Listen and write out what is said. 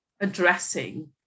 addressing